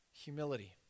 Humility